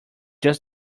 just